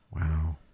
wow